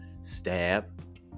stab